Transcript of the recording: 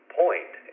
point